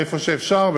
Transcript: איפה שאפשר,